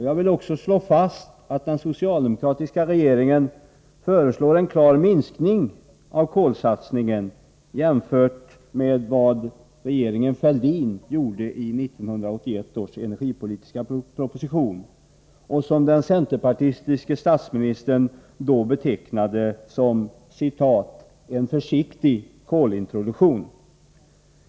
Jag vill också slå fast att den socialdemokratiska regeringen föreslår en klar minskning av kolsatsningen jämfört med vad regeringen Fälldin föreslog i 1981 års energipolitiska proposition, som den centerpartistiske statsministern då betecknade som ”en försiktig kolintroduktion”.